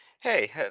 Hey